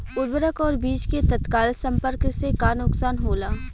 उर्वरक और बीज के तत्काल संपर्क से का नुकसान होला?